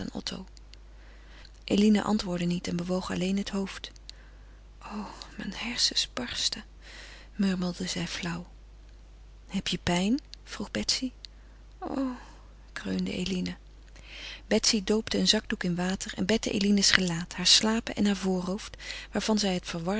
eline antwoordde niet en bewoog alleen het hoofd o mijn hersens barsten murmelde zij flauw heb je pijn vroeg betsy o kreunde eline betsy doopte een zakdoek in water en bette eline's gelaat hare slapen en haar voorhoofd waarvan zij het